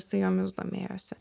jisai jomis domėjosi